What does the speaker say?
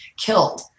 killed